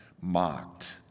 mocked